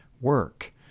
work